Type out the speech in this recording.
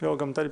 מי נגד?